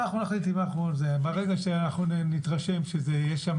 אנחנו נחליט אם אם אנחנו נתרשם שיש שם